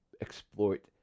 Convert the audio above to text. exploit